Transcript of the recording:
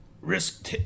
Risk